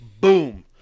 boom